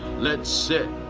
let's sit,